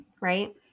right